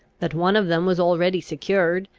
that one of them was already secured,